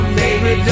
baby